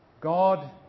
God